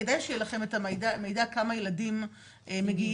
כדאי שיהיה לכם את המידע כמה ילדים מגיעים